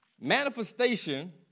Manifestation